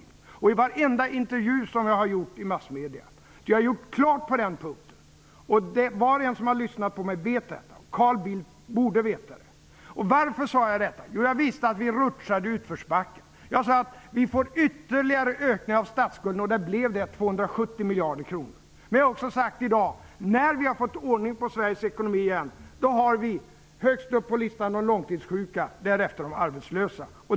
Detta har jag också sagt i varenda intervju jag har gjort med massmedia. Jag har alltså gjort klart var jag står på den punkten. Var och en som har lyssnat på mig vet detta -- och Carl Bildt borde veta det. Varför sade jag då detta? Jo, jag visste att vi rutschade i utförsbacken. Jag sade att vi skulle få en ytterligare ökning av statsskulden, och så blev det -- vi fick en ökning med 270 miljarder kronor. Men jag har också i dag sagt att när vi har fått ordning på Sveriges ekonomi igen, då står de långtidssjuka högst upp på listan, och därefter kommer de arbetslösa.